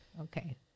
okay